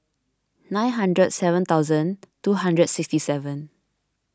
nine hundred and seven thousand two hundred and sixty seven